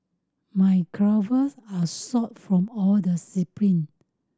my calves are sore from all the sprint